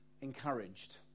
encouraged